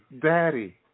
Daddy